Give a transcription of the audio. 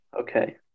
okay